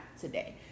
today